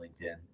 linkedin